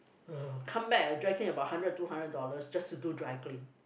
ugh come back I dry clean about hundred two hundred dollars just to do dry clean